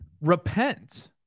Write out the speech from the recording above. repent